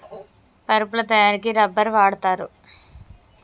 పరుపుల తయారికి రబ్బర్ వాడుతారు